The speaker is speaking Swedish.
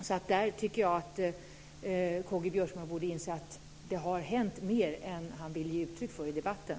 Så jag tycker att K-G Biörsmark borde inse att det har hänt mer än vad han vill ge uttryck för i debatten.